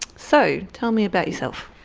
so tell me about yourself?